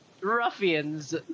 ruffians